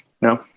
no